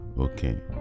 okay